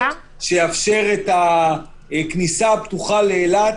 שיאפשר את הכניסה הפתוחה לאילת,